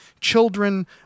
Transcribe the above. children